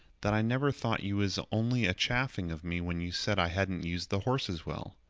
that i never thought you was only a chaffing of me when you said i hadn't used the horses well.